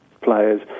players